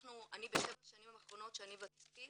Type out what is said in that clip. אני בשבע השנים האחרונות שאני בתפקיד